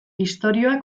istorioa